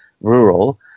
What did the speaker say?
rural